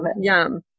yum